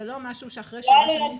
זה לא משהו שאחרי שנים זה מסתיים.